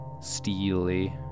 steely